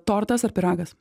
tortas ar pyragas